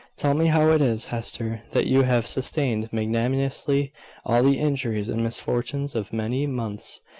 tell me how it is, hester, that you have sustained magnanimously all the injuries and misfortunes of many months,